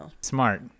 smart